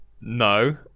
No